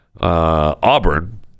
Auburn